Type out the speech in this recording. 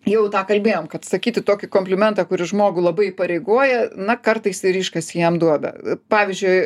jau tą kalbėjom kad sakyti tokį komplimentą kuris žmogų labai įpareigoja na kartais ir iškasi jam duobę pavyzdžiui